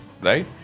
right